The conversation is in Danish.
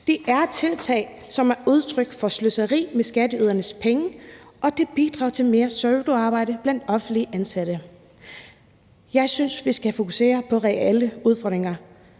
Det er tiltag, som er udtryk for sløseri med skatteydernes penge, og det bidrager til mere pseudoarbejde blandt offentligt ansatte. Jeg synes, vi skal fokusere på reelle udfordringer.